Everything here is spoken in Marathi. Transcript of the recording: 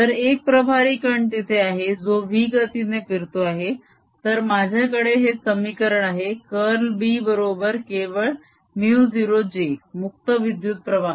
जर एक प्रभारी कण तिथे आहे जो v गतीने फिरतो आहे तर माझ्याकडे हे समीकरण आहे कर्ल B बरोबर केवळ μ0J मुक्त विद्युत प्रवाह